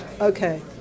Okay